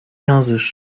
persisch